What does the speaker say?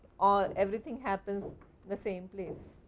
ah and everything happens the same place.